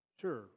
sure